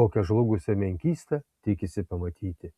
kokią žlugusią menkystą tikisi pamatyti